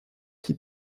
qui